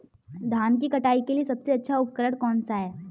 धान की कटाई के लिए सबसे अच्छा उपकरण कौन सा है?